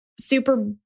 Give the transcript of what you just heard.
super